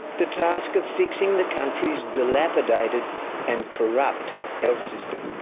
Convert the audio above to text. the task of fixing the country's dilapidated and corrupt health system.